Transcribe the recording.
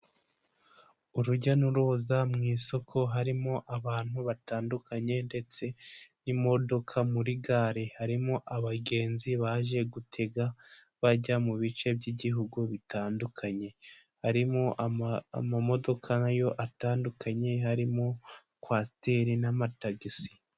Urujya n'uruza mu isoko harimo abantu batandukanye, ndetse n'imodoka muri gare, harimo abagenzi baje gutega bajya mu bice by'ibihugu bitandukanye, harimo imodoka nazo zitandukanye, harimo kwasiteri n'amatagisi.